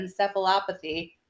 encephalopathy